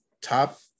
top